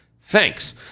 Thanks